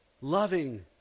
loving